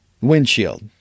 Windshield